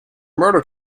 murder